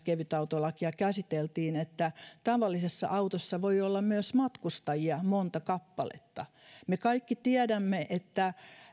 kevytautolakia käsiteltiin eli siihen että tavallisessa autossa voi olla myös matkustajia monta kappaletta me kaikki tiedämme että